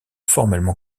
formellement